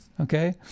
okay